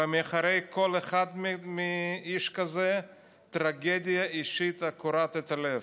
ומאחורי כל איש כזה יש טרגדיה אישית הקורעת את הלב.